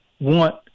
want